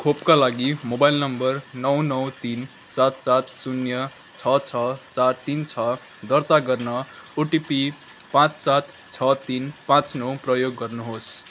खोपका लागि mobile number नौ नौ तिन सात सात शून्य छ छ चार तिन छ दर्ता गर्न ओटिपी पाँच सात छ तिन पाँच नौ प्रयोग गर्नुहोस्